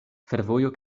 fervojo